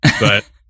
but-